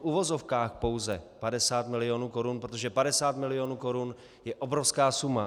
V uvozovkách pouze 50 milionů korun, protože 50 milionů korun je obrovská suma.